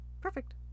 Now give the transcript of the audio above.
Perfect